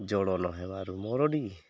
ଜଳ ନହେବାରୁ ମରୁଡ଼ି